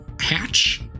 hatch